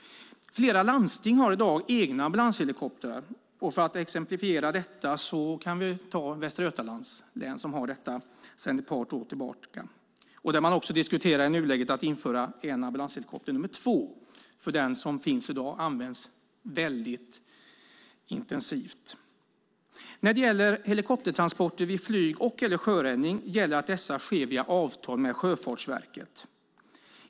Flera landsting har i dag egna ambulanshelikoptrar. Jag kan exemplifiera detta med Västra Götalands län, som har detta sedan ett par år tillbaka. Där diskuterar man också i nuläget att införa en andra ambulanshelikopter, eftersom den som finns i dag används mycket intensivt. För helikoptertransporter vid flyg eller sjöräddning gäller att de sker via avtal med Sjöfartsverket.